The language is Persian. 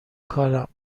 کارم